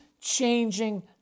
changing